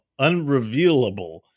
Unrevealable